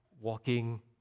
walking